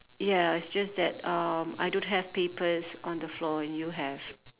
ya it's just that um I don't have papers on the floor and you have